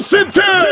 City